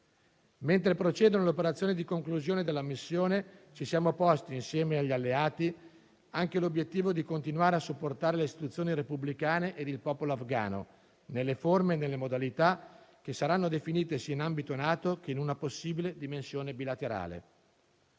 Mentre procedono le operazioni di conclusione della missione, ci siamo posti insieme agli alleati anche l'obiettivo di continuare a supportare le istituzioni repubblicane e il popolo afgano nelle forme e nelle modalità che saranno definite sia in ambito NATO che in una possibile dimensione bilaterale.